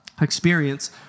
experience